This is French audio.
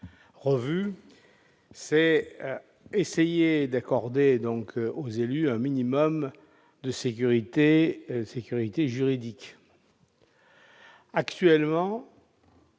Il faut essayer d'accorder aux élus un minimum de sécurité juridique. Actuellement,